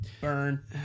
Burn